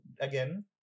again